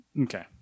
Okay